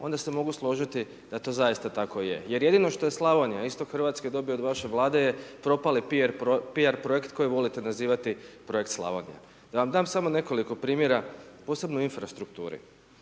onda se mogu složiti da to zaista tako je. Jer jedino što i Slavonija, isto Hrvatska dobije od vaše vlade je propali p.r. projekt koji volite nazivati projekt Slavonija. Da vam dam samo nekoliko primjera posebno infrastrukturi.